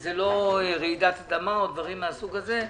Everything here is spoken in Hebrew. וזה לא רעידת אדמה או דברים מהסוג הזה.